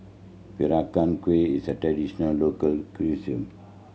Peranakan Kueh is a traditional local cuisine